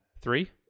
three